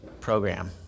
program